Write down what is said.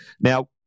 Now